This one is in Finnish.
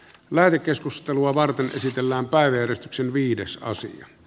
lähetekeskustelua varten esitellään päiväjärjestyksen etenemisessä